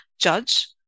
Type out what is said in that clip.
judge